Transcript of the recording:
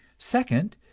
second,